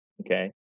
Okay